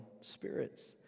spirits